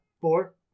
four